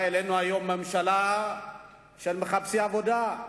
הובאה אלינו היום ממשלה של מחפשי עבודה.